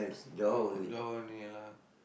oh Johor only lah